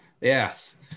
Yes